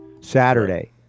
Saturday